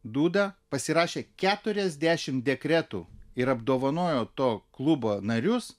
duda pasirašė keturiasdešimt dekretų ir apdovanojo to klubo narius